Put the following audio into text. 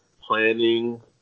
planning